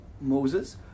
Moses